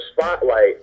spotlight